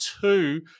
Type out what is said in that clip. two